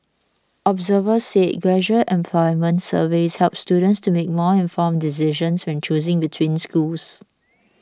observers said graduate employment surveys help students to make more informed decisions when choosing between schools